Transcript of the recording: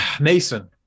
Mason